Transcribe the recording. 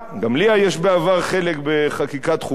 גם לי היה בעבר חלק בחקיקת חוקים